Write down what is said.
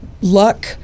luck